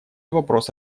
вопрос